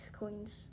coins